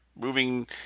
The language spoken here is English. moving